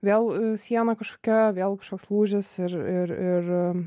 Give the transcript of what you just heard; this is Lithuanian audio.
vėl siena kažkokia vėl kažkoks lūžis ir ir ir